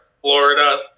Florida